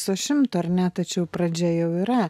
po šimto ar ne tačiau pradžia jau yra